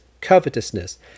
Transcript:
covetousness